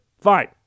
Fine